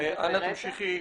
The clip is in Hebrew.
אנא תמשיכי.